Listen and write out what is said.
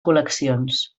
col·leccions